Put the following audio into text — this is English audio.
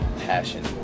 passion